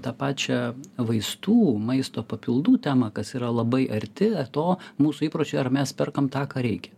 tą pačią vaistų maisto papildų temą kas yra labai arti to mūsų įpročių ar mes perkam tą ką reikia